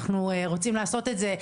אנחנו רוצים לעשות את זה,